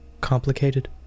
complicated